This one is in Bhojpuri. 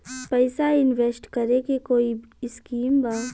पैसा इंवेस्ट करे के कोई स्कीम बा?